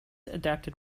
adapted